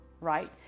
Right